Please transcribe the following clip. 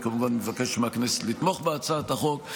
כמובן שאני מבקש מהכנסת לתמוך בהצעת החוק.